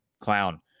Clown